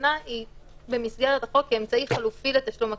הסדנה היא במסגרת החוק כאמצעי חלופי לתשלום הקנס.